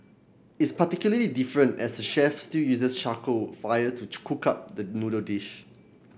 it's particularly different as the chef still uses charcoal fire to cook up the noodle dish